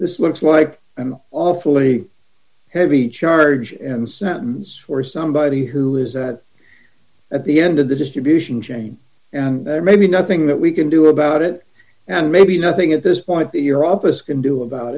this looks like i'm awfully heavy charge and sentence for somebody who is at the end of the distribution chain and there may be nothing that we can do about it and maybe nothing at this point that your office can do about